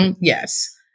Yes